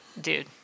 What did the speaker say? Dude